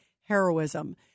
heroism